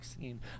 scene